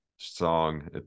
song